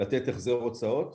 לתת החזר הוצאות